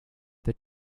that